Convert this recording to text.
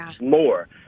more